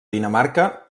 dinamarca